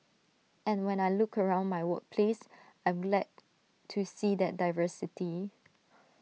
and when I look around my workplace glad to see that diversity